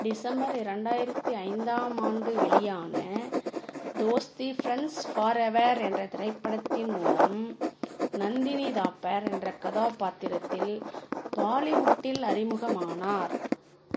December ரெண்டாயிரத்து ஐந்தாம் ஆண்டு வெளியான தோஸ்தி ஃப்ரெண்ட்ஸ் ஃபாரெவர் என்ற திரைப்படத்தின் மூலம் நந்தினி தாப்பர் என்ற கதாபாத்திரத்தில் பாலிவுட்டில் அறிமுகமானார்